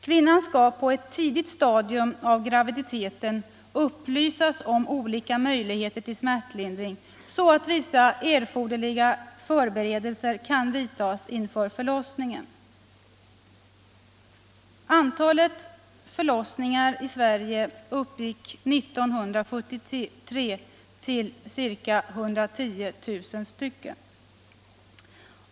Kvinnan skall på ett tidigt stadium av graviditeten upplysas om olika möjligheter till smärtlindring, så att vissa erforderliga förberedelser kan vidtas inför förlossningen. Antalet förlossningar i Sverige uppgick 1973 till ca 110 000.